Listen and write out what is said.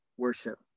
worship